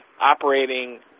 operating